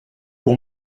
pour